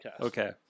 Okay